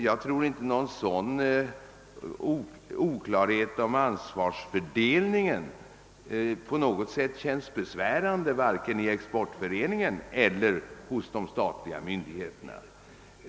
Jag tror inte att någon sådan oklarhet beträffande ansvarsfördelningen på något sätt känns besvärande för vare sig Exportföreningen eller de statliga myndigheterna.